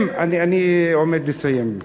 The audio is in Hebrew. ברשותך, אני עומד לסיים.